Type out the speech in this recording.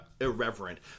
irreverent